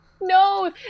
No